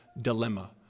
dilemma